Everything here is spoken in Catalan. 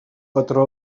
patró